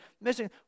missing